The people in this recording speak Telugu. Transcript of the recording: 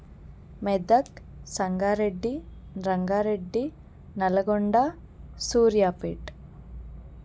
మెదక్ సంగారెడ్డి రంగారెడ్డి నలగొండ సూర్యాపేట